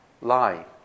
lie